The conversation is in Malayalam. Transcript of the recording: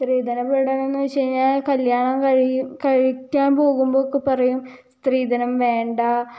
സ്ത്രീധന പീഡനം എന്ന് വെച്ച് കഴിഞ്ഞാൽ കല്യാണം കഴിയും കഴിക്കാൻ പോകുമ്പോൾ ഒക്കെ പറയും സ്ത്രീധനം വേണ്ട